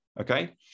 okay